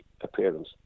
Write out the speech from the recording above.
appearance